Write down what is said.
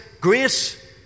Grace